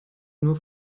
nur